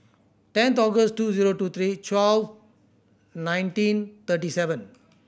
tenth August two zero two three twelve nineteen thirty seven